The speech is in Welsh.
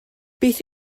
beth